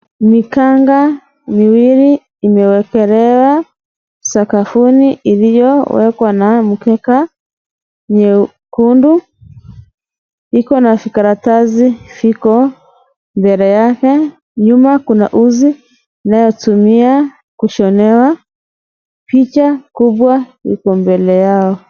Mikanga miwili imewekelewa sakafuni iliyowekwa na mkeka nyekundu. Iko na vikaratasi viko mbele yake. Nyuma kuna uzi inayotumia kushonewa. Picha kubwa iko mbele yao.